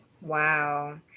Wow